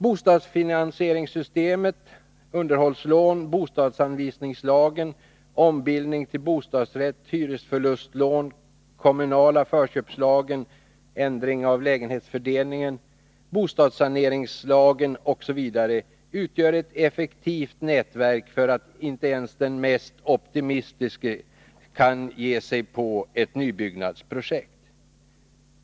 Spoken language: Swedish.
Bostadsfinansieringssystemet, underhållslån, bostadsanvisningslagen, ombildning till bostadsrätt, hyresförlustlån, kommunala förköpslagen — ändring av lägenhetsfördelningen —, bostadssaneringslagen osv. utgör ett effektivt nätverk för att inte ens den mest optimistiske kan ge sig på ett nybyggnadsprojekt.